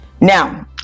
Now